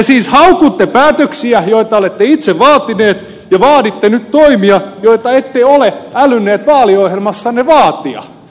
te siis haukutte päätöksiä joita olette itse vaatineet ja vaaditte nyt toimia joita ette ole älynneet vaaliohjelmassanne vaatia